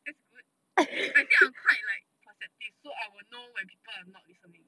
that's good I actually I am quite like perceptive so I will know when people are not listening